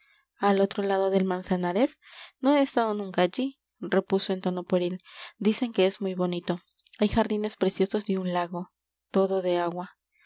al otro lado del manzanares no he estado nunca allí repuso en tono pueril dicen que es muy bonito hay jardines preciosos y un lago todo de agua